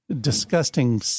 disgusting